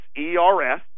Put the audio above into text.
ERS